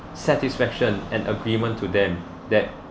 satisfaction an agreement to them that